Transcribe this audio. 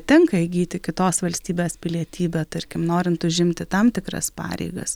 tenka įgyti kitos valstybės pilietybę tarkim norint užimti tam tikras pareigas